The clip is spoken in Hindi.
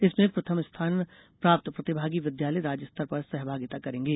इसमें प्रथम स्थान प्राप्त प्रतिभागी विद्यालय राज्य स्तर पर सहभागिता करेंगे